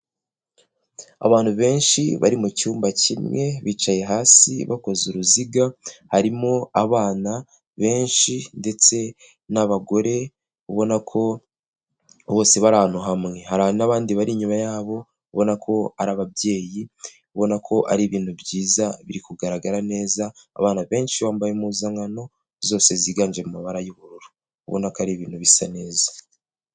Abantu benshi bari mu cyumba kimwe, bicaye hasi bakoze uruziga harimo abana benshi ndetse n'abagore, ubona ko bose bari ahantu hamwe. Hari n'abandi bari inyuma yabo ubona ko ari ababyeyi, ubona ko ari ibintu byiza biri kugaragara neza abana benshi bambaye impuzankano zose ziganje mu mabara y'ubururu. Ubona ko ari ibintu bisa neza.